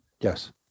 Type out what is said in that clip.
yes